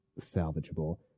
salvageable